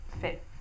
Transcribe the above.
fit